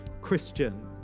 Christian